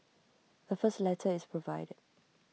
the first letter is provided